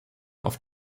auf